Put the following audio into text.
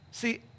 See